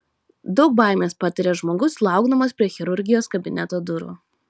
daug baimės patiria žmogus laukdamas prie chirurgijos kabineto durų